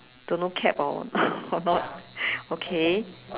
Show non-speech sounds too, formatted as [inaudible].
don't know cap or [laughs] or not okay